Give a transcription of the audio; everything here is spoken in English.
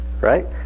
right